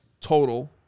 total